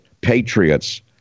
patriots